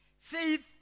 Faith